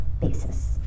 basis